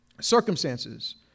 circumstances